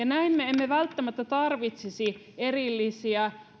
näin me emme välttämättä tarvitsisi erillisiä